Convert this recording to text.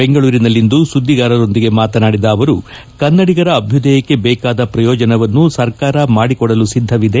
ಬೆಂಗಳೂರಿನಲ್ಲಿಂದು ಸುದ್ಲಿಗಾರರೊಂದಿಗೆ ಮಾತನಾಡಿದ ಅವರು ಕನ್ನಡಿಗರ ಅಭ್ಯುದಯಕ್ಷೆ ದೇಕಾದ ಪ್ರಯೋಜನವನ್ನು ಸರ್ಕಾರ ಮಾಡಿಕೊಡಲು ಸಿದ್ದವಿದೆ